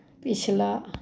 ਪਿਛਲਾ